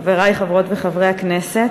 תודה רבה, חברי חברות וחברי הכנסת,